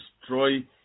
destroy